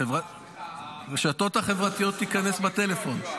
הרשתות החברתיות ייכנסו בטלפון.